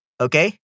Okay